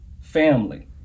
family